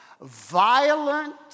Violent